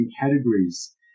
categories